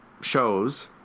shows